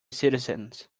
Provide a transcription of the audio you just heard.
citizens